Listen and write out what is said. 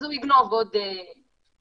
הוא יגנוב עוד משהו